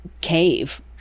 cave